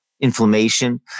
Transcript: inflammation